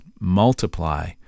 multiply